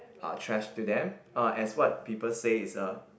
are trash to them uh as what people say is a